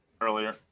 earlier